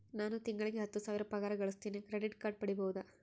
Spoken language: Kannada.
ನಾನು ತಿಂಗಳಿಗೆ ಹತ್ತು ಸಾವಿರ ಪಗಾರ ಗಳಸತಿನಿ ಕ್ರೆಡಿಟ್ ಕಾರ್ಡ್ ಪಡಿಬಹುದಾ?